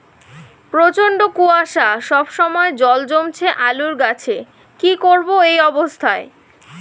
প্রচন্ড কুয়াশা সবসময় জল জমছে আলুর গাছে কি করব এই অবস্থায়?